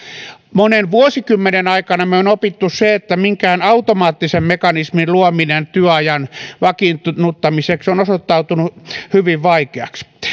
monen vuosikymmenen aikana me olemme oppineet sen että jonkinlaisen automaattisen mekanismin luominen työajan vakiinnuttamiseksi on osoittautunut hyvin vaikeaksi